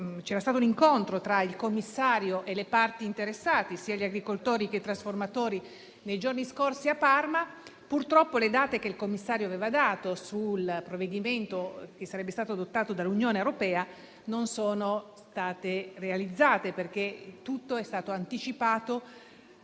c'era stato incontro tra il commissario e le parti interessate, gli agricoltori e i trasformatori. Purtroppo, le date che il commissario aveva dato, relative al provvedimento che sarebbe stato adottato dall'Unione europea, non sono state rispettate, perché tutto è stato anticipato